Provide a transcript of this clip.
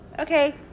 Okay